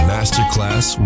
Masterclass